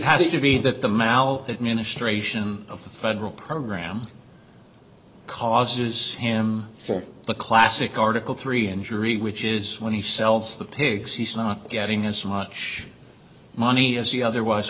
has to be that the mal administration of the federal program causes him for the classic article three injury which is when he sells the pigs he's not getting as much money as he otherwise